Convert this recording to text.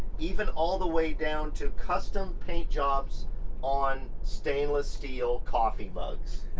even all the way down to custom paint jobs on stainless steel coffee mugs.